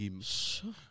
Sure